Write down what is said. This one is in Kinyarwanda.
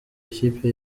ikipe